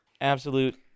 Absolute